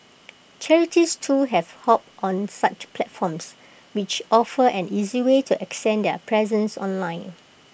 charities too have hopped on such platforms which offer an easy way to extend their presence online